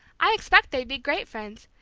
i expect they'd be great friends.